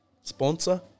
sponsor